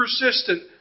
persistent